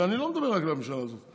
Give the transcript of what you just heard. ואני לא מדבר רק על הממשלה הזאת,